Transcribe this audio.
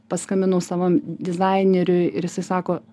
paskambinau savam dizaineriui ir jisai sako